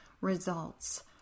results